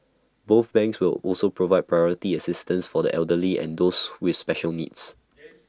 both banks will also provide priority assistance for the elderly and those with special needs